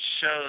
shows